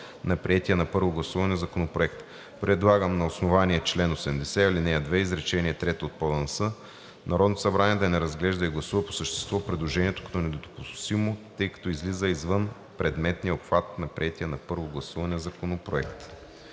на приетия на първо гласуване законопроект. Предлага на основание чл. 80, ал. 2, изречение 3 от ПОДНС Народното събрание да не разглежда и гласува по същество предложението като недопустимо, тъй като излиза извън предметния обхват на приетия на първо гласуване законопроект.